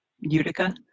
utica